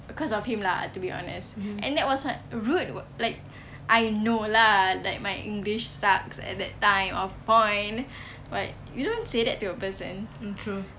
because of him lah to be honest and that was like rude [what] like I know lah like my english sucks at that time of point but you don't say that to a person